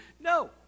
No